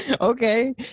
Okay